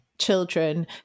children